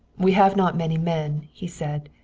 we have not many men, he said.